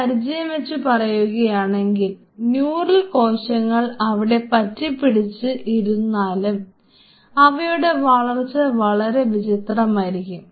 എൻറെ പരിചയം വച്ച് പറയുകയാണെങ്കിൽ ന്യൂറൽ കോശങ്ങൾ അവിടെ പറ്റിപ്പിടിച്ച് ഇരുന്നാലും അവയുടെ വളർച്ച വളരെ വിചിത്രമായിരിക്കും